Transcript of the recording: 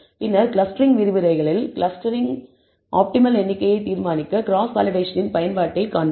பின்னர் கிளஸ்டரிங் விரிவுரைகளில் கிளஸ்டர்களின் ஆப்டிமல் எண்ணிக்கையை தீர்மானிக்க கிராஸ் வேலிடேஷனின் பயன்பாட்டைக் காண்பீர்கள்